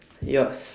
yours